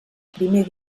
primer